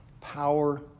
power